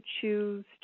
choose